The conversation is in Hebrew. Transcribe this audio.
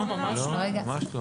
ממש לא.